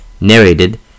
narrated